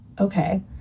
Okay